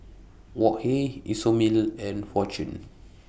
Wok Hey Isomil and Fortune